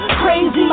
crazy